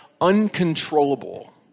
uncontrollable